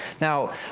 Now